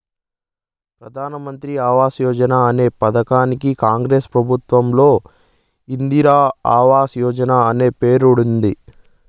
ప్రధాన్ మంత్రి ఆవాస్ యోజన అనే ఈ పథకానికి కాంగ్రెస్ ప్రభుత్వంలో ఇందిరా ఆవాస్ యోజన అనే పేరుండేది